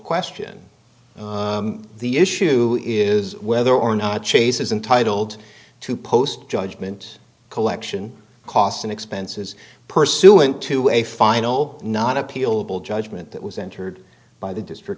question the issue is whether or not chase is entitled to post judgment collection costs and expenses pursuant to a final not appealable judgment that was entered by the district